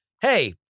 hey